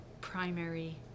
primary